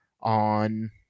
on